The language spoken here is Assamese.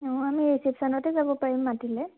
অঁ আমি ৰিচেপশ্যনতে যাব পাৰিম মাতিলে